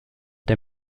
der